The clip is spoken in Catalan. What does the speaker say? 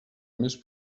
més